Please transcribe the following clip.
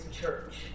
church